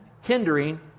hindering